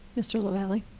mr. lavalley?